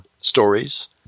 stories